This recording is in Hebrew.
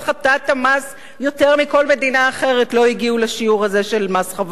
המס לא הגיעו לשיעור נמוך זה של מס חברות.